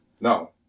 No